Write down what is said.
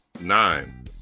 nine